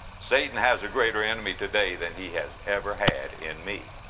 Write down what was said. satan has a greater enemy today than he has ever had in me.